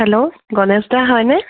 hello গণেশদা হয়নে